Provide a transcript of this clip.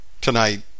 tonight